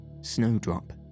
snowdrop